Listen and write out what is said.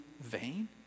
vain